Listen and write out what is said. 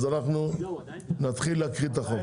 אז אנחנו נתחיל להקריא את החוק.